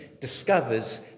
discovers